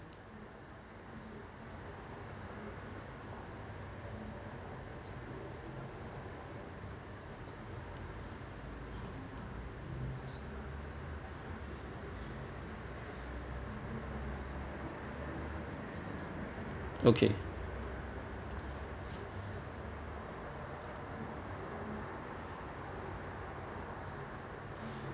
okay